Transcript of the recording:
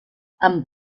amb